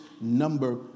number